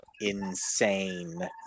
insane